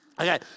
Okay